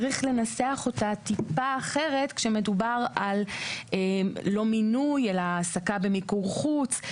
צריך לנסח אותו קצת אחרת כשמדובר על העסקה במיקור חוץ,